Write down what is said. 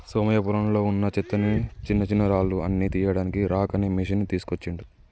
సోమయ్య పొలంలో వున్నా చెత్తని చిన్నచిన్నరాళ్లు అన్ని తీయడానికి రాక్ అనే మెషిన్ తీస్కోచిండు